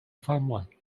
family